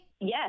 Yes